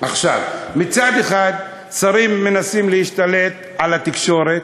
עכשיו, מצד אחד שרים מנסים להשתלט על התקשורת,